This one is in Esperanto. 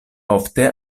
ofte